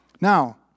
Now